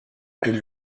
elle